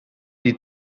die